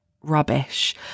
rubbish